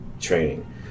training